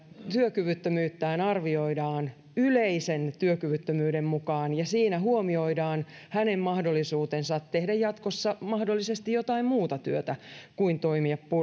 työkyvyttömyyttään arvioidaan yleisen työkyvyttömyyden mukaan ja siinä huomioidaan hänen mahdollisuutensa tehdä jatkossa mahdollisesti jotain muuta työtä kuin toimia